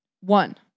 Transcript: One